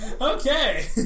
okay